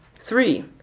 three